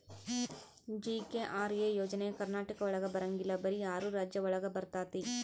GKRA ಯೋಜನೆ ಕರ್ನಾಟಕ ಒಳಗ ಬರಂಗಿಲ್ಲ ಬರೀ ಆರು ರಾಜ್ಯ ಒಳಗ ಬರ್ತಾತಿ